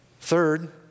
Third